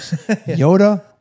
Yoda